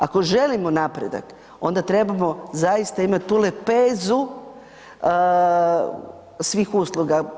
Ako želimo napredak, onda trebamo zaista imat tu lepezu svih usluga.